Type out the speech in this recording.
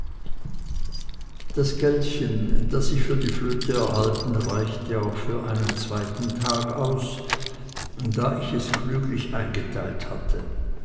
das geldchen das ich für die flöte erhalten reichte auch für einen zweiten tag aus da ich es klüglich eingeteilt hatte